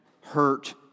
hurt